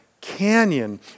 canyon